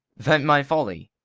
vent my folly!